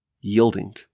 yielding